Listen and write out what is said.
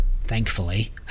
thankfully